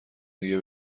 دیگه